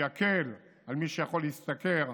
שיקל על מי שיכול להשתכר,